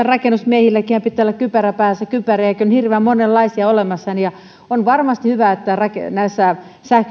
rakennusmiehilläkinhän pitää olla kypärä päässä kypäriäkin on hirveän monenlaisia olemassa ja on varmasti hyvä että esimerkiksi näissä sähkölinjatilanteissa jos